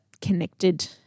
connected